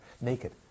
naked